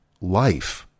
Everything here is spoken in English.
life